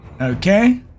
Okay